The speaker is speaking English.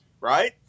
Right